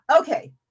Okay